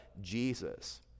Jesus